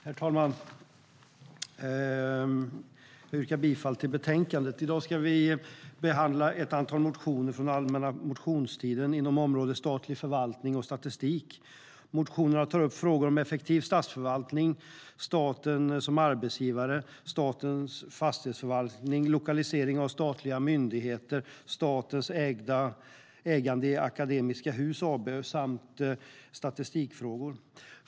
Herr talman! Jag yrkar bifall till förslaget i betänkandet. I dag ska vi behandla ett antal motioner från den allmänna motionstiden inom området statlig förvaltning och statistik. Motionerna tar upp frågor om effektiv statsförvaltning, staten som arbetsgivare, statens fastighetsförvaltning, lokalisering av statliga myndigheter, statens ägande i Akademiska Hus AB samt statistikfrågor.